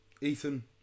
Ethan